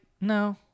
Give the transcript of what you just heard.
No